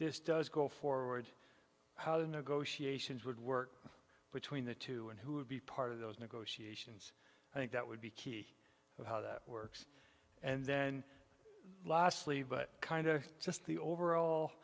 this does go forward how the negotiations would work between the two and who would be part of those negotiations i think that would be key to how that works and then lastly but kind of just the overall